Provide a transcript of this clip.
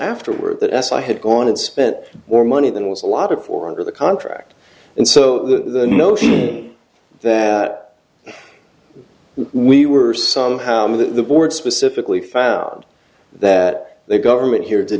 afterward that as i had gone and spent more money than was a lot of for under the contract and so the notion that we were some how the board specifically found that the government here did